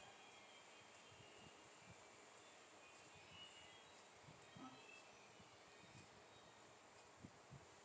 um